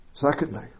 Secondly